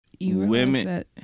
Women